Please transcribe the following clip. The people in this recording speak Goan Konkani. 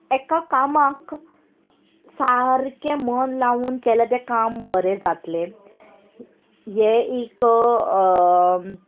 एका कामाक सारकें मन लावून केलें तें काम बरें जातलें हें एक